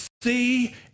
see